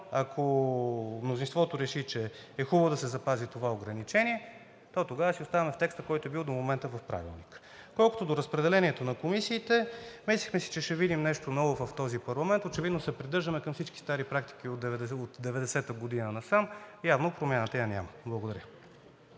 ако мнозинството реши, че е хубаво да се запази това ограничение, то тогава си остава само текстът, който е бил до момента в Правилника. Колкото до разпределението на комисиите, мислихме, че ще видим нещо ново в този парламент. Очевидно се придържаме към всички стари практики от 1990 г. насам. Явно промяната я няма! Благодаря.